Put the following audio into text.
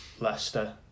Leicester